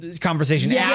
conversation